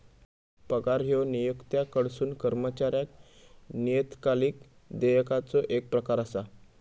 पगार ह्यो नियोक्त्याकडसून कर्मचाऱ्याक नियतकालिक देयकाचो येक प्रकार असा